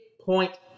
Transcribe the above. point